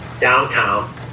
downtown